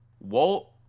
Walt